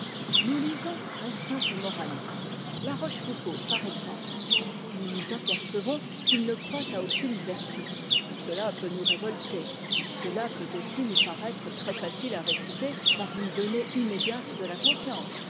nous lisons un simple moraliste la rochefoucauld par exemple nous nous apercevons qu'il ne croit à aucune vertu cela peut nous révolter cela peut aussi nous paraître très facile à réfuter par une donnée immédiate de la conscience